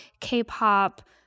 K-pop